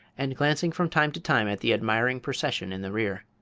and glancing from time to time at the admiring procession in the rear.